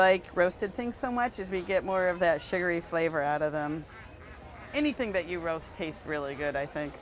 like roasted things so much as we get more of the sugary flavor out of anything that you roast tastes really good i think